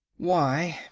why,